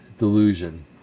delusion